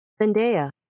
Zendaya